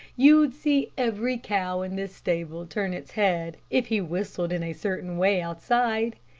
you'd see every cow in this stable turn its head, if he whistled in a certain way outside.